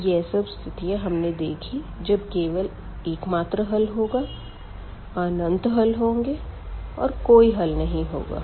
तो यह सब स्थितियाँ हमने देखी जब केवल एकमात्र हल होगा अनंत हल होंगे और कोई हल नहीं होगा